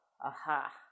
aha